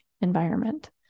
environment